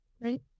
right